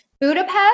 Budapest